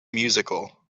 musical